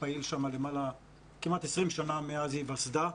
פעיל שם כמעט 20 שנה מאז היווסדה.